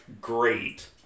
great